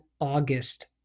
August